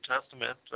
Testament